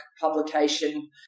publication